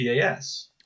PAS